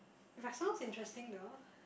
eh but sounds interesting though